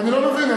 אז אני לא מבין.